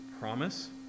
promise